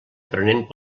aprenent